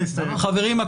חברים,